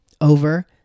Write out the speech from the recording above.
over